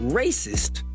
racist